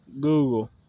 Google